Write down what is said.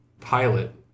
pilot